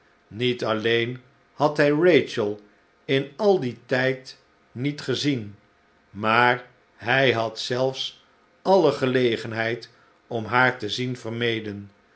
met alleen had hij rachel in al dien tijd niet gezien maar hij had zelfs alle gelegenheid om haar te zien